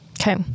Okay